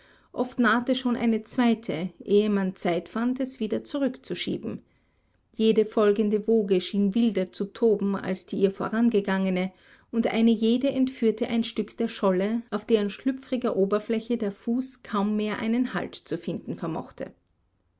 oft nahte schon eine zweite ehe man zeit fand es wieder zurückzuschieben jede folgende woge schien wilder zu toben als die ihr vorangegangene und eine jede entführte ein stück der scholle auf deren schlüpfriger oberfläche der fuß kaum mehr einen halt zu finden vermochte